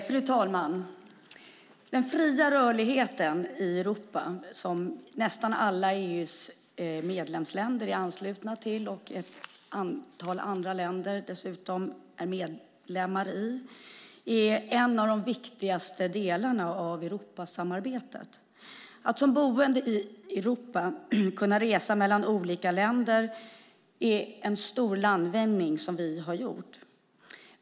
Fru talman! Den fria rörligheten i Europa, som nästan alla EU:s medlemsländer är anslutna till och ett antal andra länder dessutom deltar i, är en av de viktigaste delarna av Europasamarbetet. Att som boende i Europa kunna resa mellan olika länder är en stor landvinning som vi gjort.